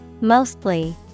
Mostly